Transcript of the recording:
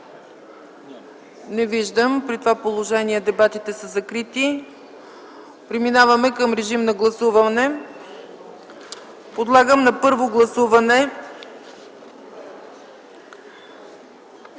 Не виждам. При това положение дебатите са закрити. Преминаваме към гласуване. Подлагам на първо гласуване